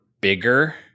bigger